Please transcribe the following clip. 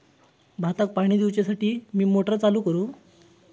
भाताक पाणी दिवच्यासाठी मी मोटर चालू करू?